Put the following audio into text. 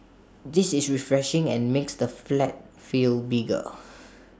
this is refreshing and makes the flat feel bigger